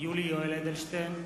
יולי יואל אדלשטיין,